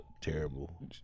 terrible